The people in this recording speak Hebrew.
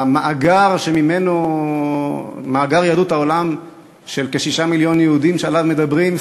מאגר יהדות העולם של כ-6 מיליון יהודים שעליו מדברים,